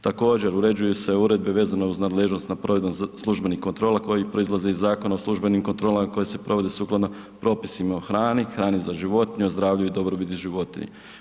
Također, uređuju se uredbe vezane uz nadležnost nad provedbom službenih kontrola koje proizlaze iz Zakona o službenim kontrolama i koje se provode sukladno propisima o hrani, hrani za životinje, o zdravlju i dobrobiti životinja.